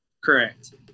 Correct